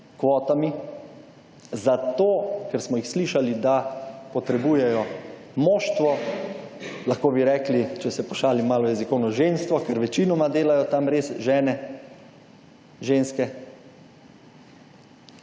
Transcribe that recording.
kvotami zato, ker smo jih slišali, da potrebujemo moštvo, lahko bi rekli, če se pošalim malo jezikovno, ženstvo, ker večinoma delajo tam res žene, ženske, ker to